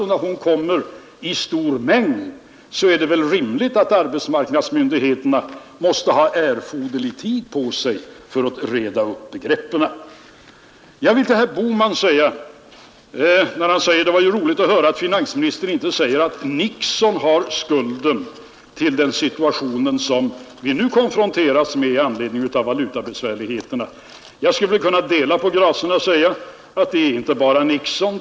När kvinnorna kommer i stora mängder är det rimligt att arbetsmarknadsmyndigheterna har erforderlig tid på sig för att reda upp begreppen. Herr Bohman sade att det var roligt att höra att finansministern inte säger att Nixon har skulden för den situation som vi nu konfronteras med i form av valutabesvärligheter. Jag skulle kunna dela på gracerna och säga, att det inte bara är Nixon.